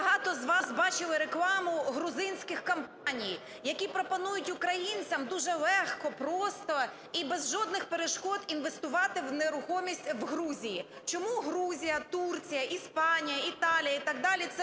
багато з вас бачили рекламу грузинських компаній, які пропонують українцям дуже легко, просто і без жодних перешкод інвестувати в нерухомість у Грузії. Чому Грузія, Турція, Іспанія, Італія і так далі це